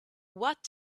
what